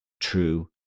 true